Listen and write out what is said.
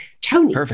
Tony